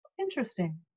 Interesting